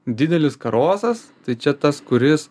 didelis karosas tai čia tas kuris